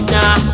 Nah